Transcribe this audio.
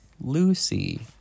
Lucy